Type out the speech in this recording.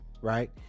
right